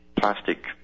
plastic